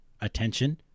attention